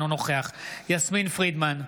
אינו נוכח יסמין פרידמן,